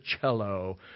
cello